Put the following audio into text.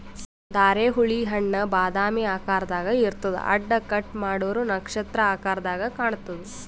ಧಾರೆಹುಳಿ ಹಣ್ಣ್ ಬಾದಾಮಿ ಆಕಾರ್ದಾಗ್ ಇರ್ತದ್ ಅಡ್ಡ ಕಟ್ ಮಾಡೂರ್ ನಕ್ಷತ್ರ ಆಕರದಾಗ್ ಕಾಣತದ್